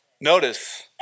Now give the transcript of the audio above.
Notice